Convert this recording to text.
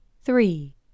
Three